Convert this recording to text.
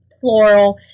floral